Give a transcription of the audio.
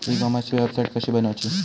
E कॉमर्सची website कशी बनवची?